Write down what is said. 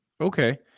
Okay